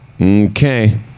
Okay